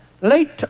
late